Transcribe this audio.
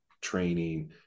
training